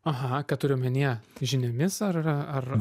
aha ką turi omenyje žiniomis ar ar